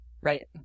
right